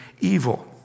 evil